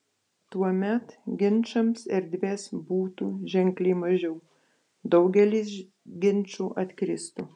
tuomet ginčams erdvės būtų ženkliai mažiau daugelis ginčų atkristų